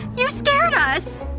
you scared us!